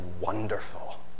wonderful